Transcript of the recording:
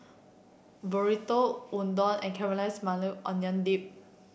Burrito Udon and Caramelized Maui Onion Dip